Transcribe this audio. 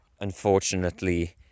unfortunately